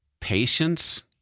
patience